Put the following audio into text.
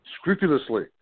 scrupulously